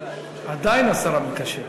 אני עדיין השר להגנת הסביבה.